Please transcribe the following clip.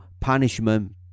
punishment